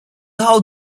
how